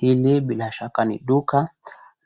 Hili bila shaka ni duka,